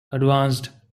advanced